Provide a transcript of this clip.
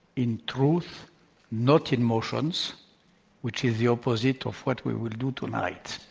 in truth not emotions which is the opposite of what we will do tonight.